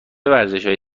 هایی